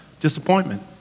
Disappointment